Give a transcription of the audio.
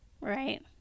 Right